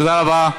תודה רבה.